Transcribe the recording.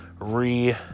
re